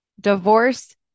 Divorce